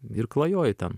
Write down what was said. ir klajoji ten